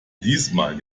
diesmal